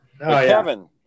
Kevin